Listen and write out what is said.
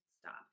stop